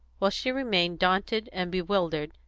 while she remained daunted and bewildered,